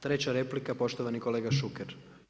Treća replika poštovani kolega Šuker.